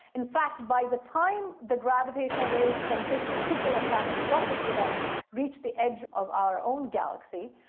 in fact by the time the gravitational waves from this particular catastrophic event reached the edge of our own galaxy,